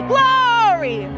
Glory